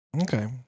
okay